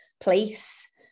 place